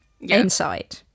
inside